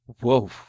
Whoa